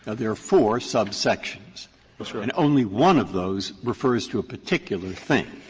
ah there are four subsections but so and only one of those refers to a particular thing,